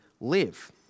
live